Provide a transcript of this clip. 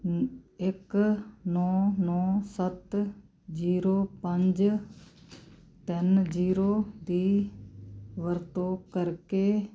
ਹੂੰ ਇੱਕ ਨੌ ਨੌ ਸੱਤ ਜੀਰੋ ਪੰਜ ਤਿੰਨ ਜੀਰੋ ਦੀ ਵਰਤੋਂ ਕਰਕੇ